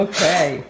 Okay